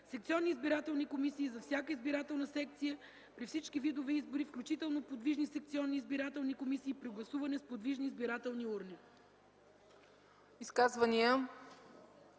секционни избирателни комисии – за всяка избирателна секция при всички видове избори, включително подвижни секционни избирателни комисии при гласуване с подвижни избирателни урни.”